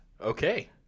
Okay